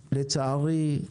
לצערי,